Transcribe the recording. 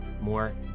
more